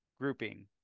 grouping